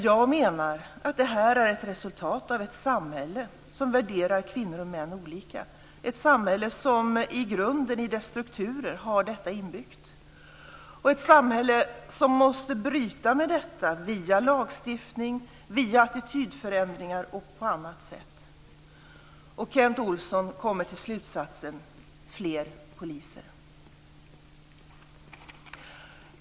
Jag menar att det är ett resultat av ett samhälle som värderar kvinnor och män olika - ett samhälle som i grunden, i sina strukturer, har det inbyggt, ett samhälle som måste bryta med det via lagstiftning, attitydförändringar och på annat sätt. Kent Olsson kommer till slutsatsen att vi ska ha fler poliser.